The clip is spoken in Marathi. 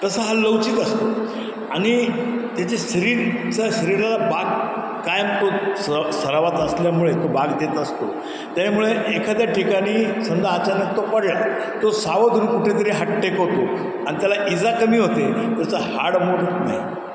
तसा हा लवचिक असतो आणि त्याची शरीराचा शरीराला बाक काय तो स सरावात असल्यामुळे तो बाक देत असतो त्यामुळे एखाद्या ठिकाणी समजा अचानक तो पडला तो सावध रुप कुठेतरी हात टेकवतो आणि त्याला इजा कमी होते त्याचं हाड मोडत नाही